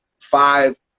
Five